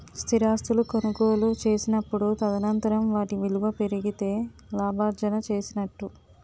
స్థిరాస్తులు కొనుగోలు చేసినప్పుడు తదనంతరం వాటి విలువ పెరిగితే లాభార్జన చేసినట్టు